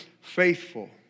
faithful